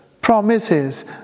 promises